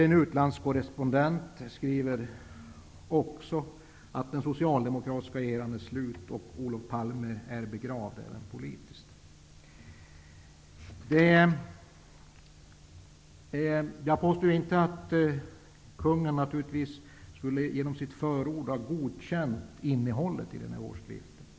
En utlandskorrespondent skriver också att det socialdemokratiska regerandet är slut och att Olof Palme är begravd även politiskt. Jag påstår naturligtvis inte att kungen genom sitt förord skulle ha godkänt innehållet i denna årsskrift.